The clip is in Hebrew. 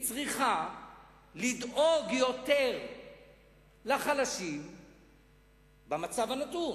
היא צריכה לדאוג יותר לחלשים במצב הנתון